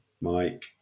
Mike